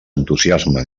entusiasme